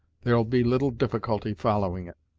there'll be little difficulty following it.